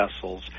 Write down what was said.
vessels